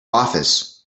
office